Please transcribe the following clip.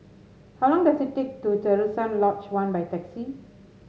how long does it take to Terusan Lodge One by taxi